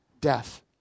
death